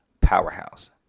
powerhouse